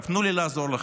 תנו לי לעזור לכם: